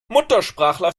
muttersprachler